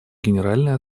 генеральной